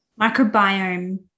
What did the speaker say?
Microbiome